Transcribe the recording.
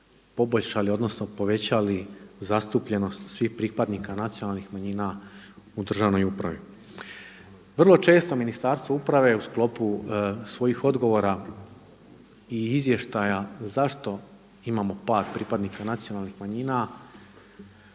poboljšali odnosno povećali zastupljenost svih pripadnika nacionalnih manjina u državnoj upravi. Vrlo često Ministarstvo uprave u sklopu svojih odgovora i izvještaja zašto imamo par pripadnika nacionalnih manjina